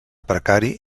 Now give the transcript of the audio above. precari